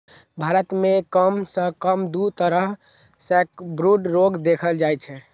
भारत मे कम सं कम दू तरहक सैकब्रूड रोग देखल जाइ छै